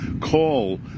call